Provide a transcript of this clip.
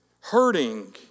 hurting